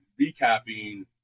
recapping